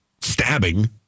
stabbing